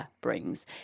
Brings